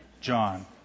John